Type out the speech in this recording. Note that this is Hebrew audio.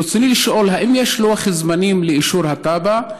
ברצוני לשאול: האם יש לוח זמנים לאישור התב"ע?